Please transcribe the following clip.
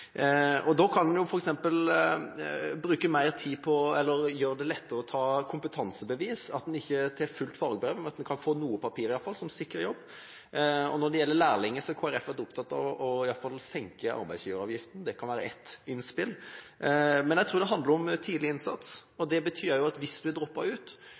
gjøre det lettere å ta kompetansebevis – og ikke fullt fagbrev – slik at en kan få iallfall noen papirer som sikrer jobb. Når det gjelder lærlinger, har Kristelig Folkeparti vært opptatt av iallfall å senke arbeidsgiveravgiften. Det kan være ett innspill. Jeg tror det handler om tidlig innsats. Det betyr også at hvis en dropper ut,